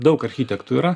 daug architektų yra